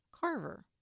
Carver